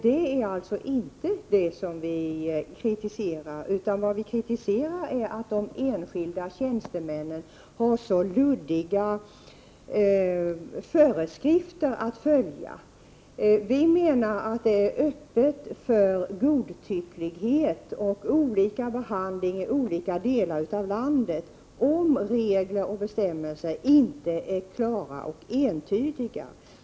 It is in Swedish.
Det är dock inte detta som vi kritiserar, utan vi kritiserar att dessa tjänstemän har så luddiga föreskrifter att följa. Vi menar att det är öppet för godtycklighet och olika 111 behandling i olika delar av landet, om regler och bestämmelser inte är klara och entydiga.